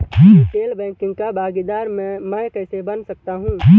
Retail banking का भागीदार मैं कैसे बन सकता हूँ?